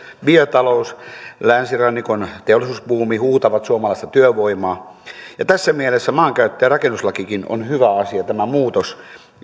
biotalous länsirannikon teollisuusbuumi huutavat suomalaista työvoimaa ja tässä mielessä maankäyttö ja rakennuslakikin on hyvä asia tämä muutos